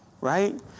right